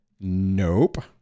nope